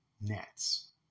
Nets